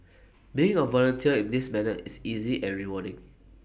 being A volunteer in this manner is easy and rewarding